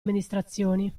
amministrazioni